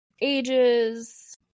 ages